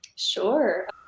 Sure